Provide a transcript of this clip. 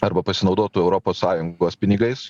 arba pasinaudotų europos sąjungos pinigais